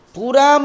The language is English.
Pura